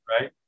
right